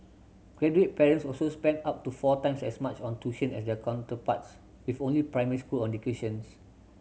graduate parents also spent up to four times as much on tuition as their counterparts with only primary school education